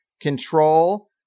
control